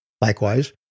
Likewise